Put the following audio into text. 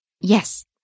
Yes